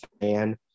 fan